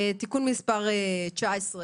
תיקון מס' 19